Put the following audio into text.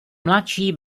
mladší